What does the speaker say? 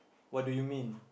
what do you mean